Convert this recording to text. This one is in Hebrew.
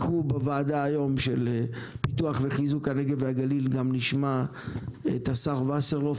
אנחנו בוועדה היום של פיתוח וחיזוק הנגב והגליל גם נשמע את השר וסרלאוף